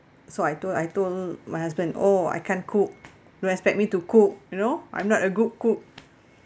so I told I told my husband oh I can't cook don't expect me to cook you know I'm not a good cook